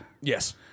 Yes